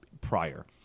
prior